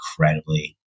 incredibly